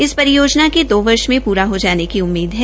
इस परियोजना के दो वर्ष में पूरा हो जाने की उम्मीद है